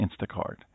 Instacart